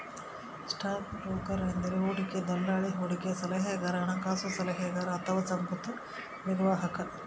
stock broker ಎಂದರೆ ಹೂಡಿಕೆ ದಲ್ಲಾಳಿ, ಹೂಡಿಕೆ ಸಲಹೆಗಾರ, ಹಣಕಾಸು ಸಲಹೆಗಾರ ಅಥವಾ ಸಂಪತ್ತು ನಿರ್ವಾಹಕ